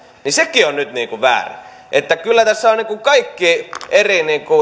niin sekin on nyt väärin kyllä on kaikki eri